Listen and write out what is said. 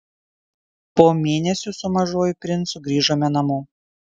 po mėnesio su mažuoju princu grįžome namo